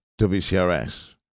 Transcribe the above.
wcrs